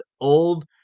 old